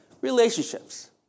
Relationships